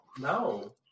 No